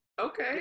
Okay